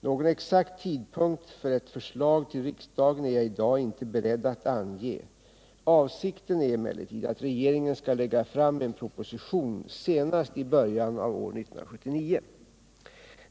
Någon exakt tidpunkt för ett förslag till riksdagen är jagi dag inte beredd att ange. Avsikten är emellertid att regeringen skall lägga fram en proposition senast i början av år 1979.